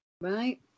Right